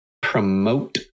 promote